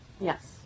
Yes